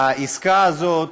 העסקה הזאת